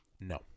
No